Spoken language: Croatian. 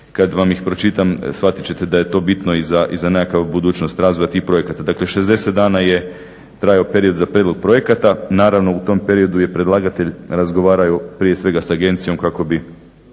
Kad vam ih pročitam shvatit ćete da je to bitno i za nekakav budućnost razvoja tih projekata. Dakle, 60 dana je trajao period za prijedlog projekata. Naravno, u tom periodu je predlagatelj razgovarao prije svega sa agencijom kako bi